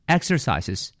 Exercises